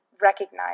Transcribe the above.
recognize